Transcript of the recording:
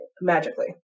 magically